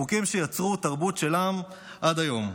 חוקים שיצרו תרבות של עם עד היום.